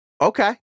Okay